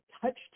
touched